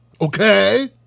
okay